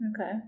Okay